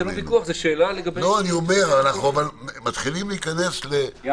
אנחנו מתחילים להיכנס ל --- אבל זה לא ויכוח,